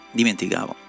dimenticavo